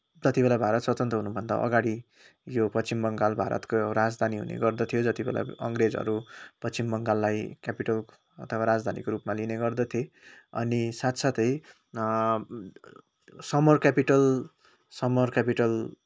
जतिबेला भारत स्वतन्त्र हुनुभन्दा अगाडि यो पश्चिम बङ्गाल भारतको एउटा राजधानी हुने गर्दथ्यो जतिबेला अङ्ग्रेजहरू पश्चिम बङ्गाललाई क्यापिटल अथवा राजधानीको रूपमा लिने गर्दथे अनि साथसाथै समर क्यापिटल समर क्यापिटल